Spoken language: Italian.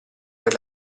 per